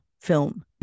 film